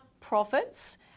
profits